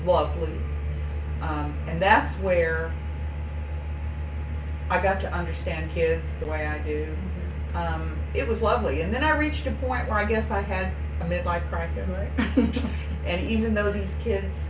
lovely and that's where i got to understand kids the way i do it was lovely and then i reached a point where i guess i had a midlife crisis and even though these kids